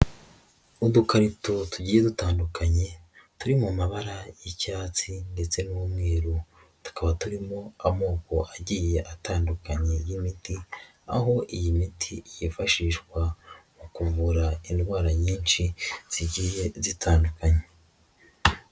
Udukarito tugiye dutandukanye turi mu mabara y'icyatsi ndetse n'umweru, tukaba turimo amoko agiye atandukanye y'imiti, aho iyi miti yifashishwa mu kuvura indwara nyinshi zigiye zitandukanye.